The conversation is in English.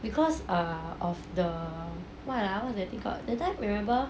because ah of the what ah what's that thing called that time remember